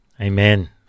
Amen